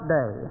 day